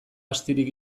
astirik